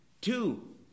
Two